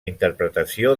interpretació